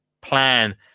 plan